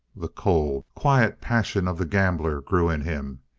the cold, quiet passion of the gambler grew in him.